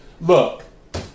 look